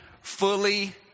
fully